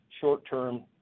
short-term